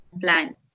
plan